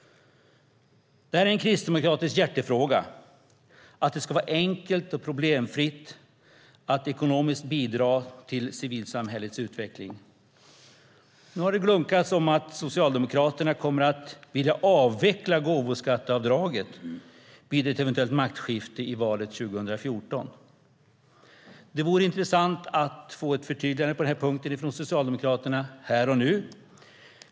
Det är en kristdemokratisk hjärtefråga att det ska vara enkelt och problemfritt att ekonomiskt bidra till civilsamhällets utveckling. Nu har det glunkats om att Socialdemokraterna kommer att vilja avveckla gåvoskatteavdraget vid ett eventuellt maktskifte efter valet 2014. Det vore intressant att få ett förtydligande på den punkten från Socialdemokraterna här och nu.